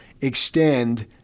extend